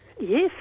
Yes